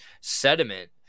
sediment